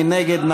מי נגד?